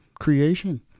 creation